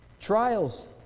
Trials